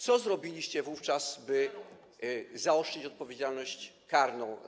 Co zrobiliście wówczas, by zaostrzyć odpowiedzialność karną.